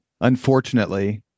unfortunately